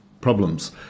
problems